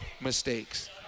mistakes